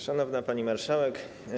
Szanowna Pani Marszałek!